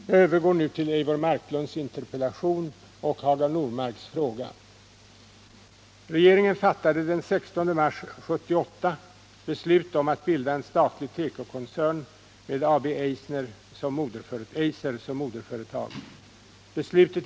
Jag övergår nu till Eivor Marklunds interpellation och Hagar Normarks fråga.